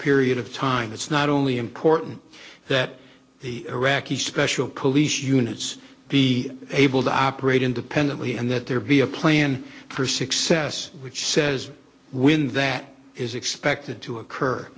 period of time it's not only important that the iraqi special police units the able to operate independently and that there via a plan for success which says when that is expected to occur